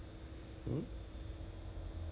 is this for everyo~ is this for everybody